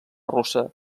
russa